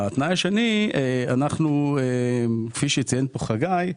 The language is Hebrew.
והתנאי השני, אנחנו כפי שציין פה חגי,